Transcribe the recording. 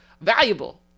valuable